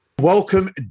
Welcome